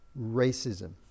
racism